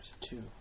two